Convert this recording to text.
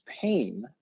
pain